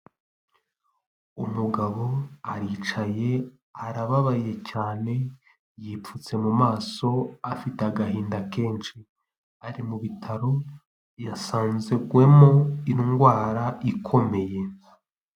Umugabo aricaye arababaye cyane yipfutse mu maso, afite agahinda kenshi ari mu bitaro yasanzwemo indwara ikomeye.